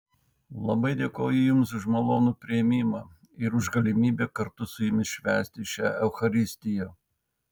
labai dėkoju jums už malonų priėmimą ir už galimybę kartu su jumis švęsti šią eucharistiją